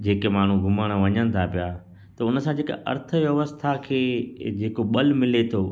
जे के माण्हू घुमण वञनि था पिया त हुन सां जे के अर्थव्यवस्था खे जे को बल मिले थो